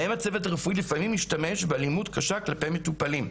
בהם הצוות הרפואי השתמש לפעמים באלימות קשה כלפי מטופלים.